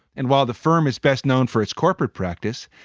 and while the firm is best known for its corporate practice,